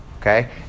Okay